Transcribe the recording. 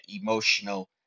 emotional